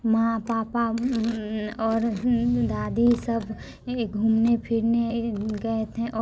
माँ पापा और दादी सब ये घूमने फिरने ये गए थे और